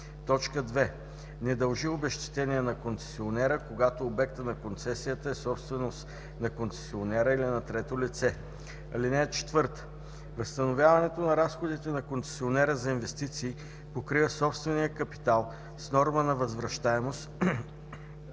2. не дължи обезщетение на концесионера, когато обектът на концесията е собственост на концесионера или на трето лице. (4) Възстановяването на разходите на концесионера за инвестиции покрива собствения капитал с норма на възвръщаемост,